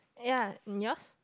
ya yours